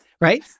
Right